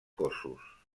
cossos